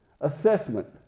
assessment